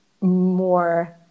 more